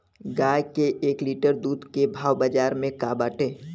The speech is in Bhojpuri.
गाय के एक लीटर दूध के भाव बाजार में का बाटे?